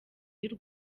y’u